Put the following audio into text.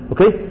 Okay